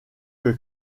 que